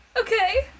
Okay